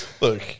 Look